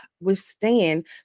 withstand